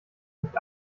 nicht